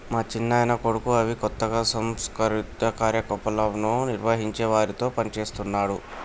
మా చిన్నాయన కొడుకు అవి కొత్తగా సాంస్కృతిక కార్యక్రమాలను నిర్వహించే వారితో పనిచేస్తున్నాడు